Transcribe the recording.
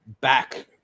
back